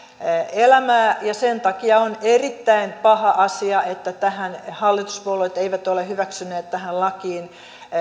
elämää ja sen takia on erittäin paha asia että hallituspuolueet eivät ole hyväksyneet tähän lakiin